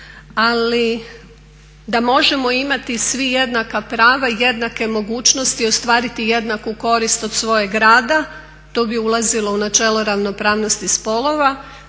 ali da možemo imati svi jednaka prava i jednake mogućnosti ostvariti jednaku korist od svojeg rada to bi ulazilo u načelo ravnopravnosti spolova